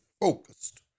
focused